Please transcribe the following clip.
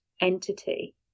entity